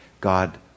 God